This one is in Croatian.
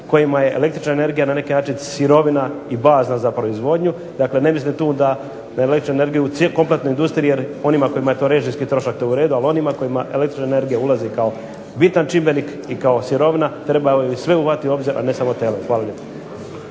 kojima je električna energija na neki način sirovina i baza za proizvodnju, dakle ne mislim da tu, da električnu energiju kompletnu industriju, onima kojima je to režijski trošak to u redu, ali onima koji električna energija ulazi kao bitan čimbenik i sirovina, trebalo bi sve uzimati u obzir a ne samo TLM. Hvala lijepo.